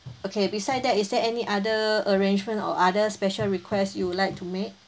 okay beside that is there any other arrangement or other special request you would like to make